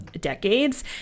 decades